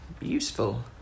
useful